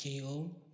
ko